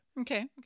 okay